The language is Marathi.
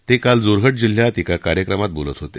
ते काल जोरहाट जिल्ह्यात एका कार्यक्रमात बोलत होते